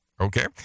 Okay